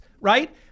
Right